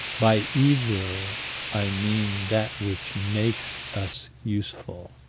by evil i mean that which makes us useful.